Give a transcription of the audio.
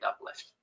uplift